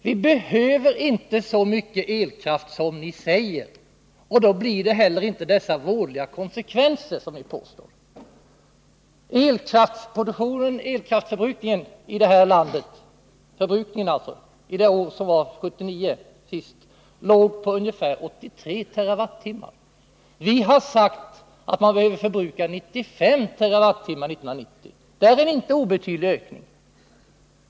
Vi behöver inte så mycket elkraft som ni säger, och då får vi inte heller de vådliga konsekvenser som ni anger. Elkraftsförbrukningen i det här landet låg 1979 på ungefär 83 TWh. Vi har sagt att man behöver förbruka 95 TWh år 1990. Det är en inte obetydlig ökning.